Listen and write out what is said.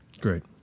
great